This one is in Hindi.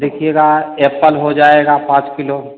देखिएगा ऐप्पल हो जाएगा पाँच किलो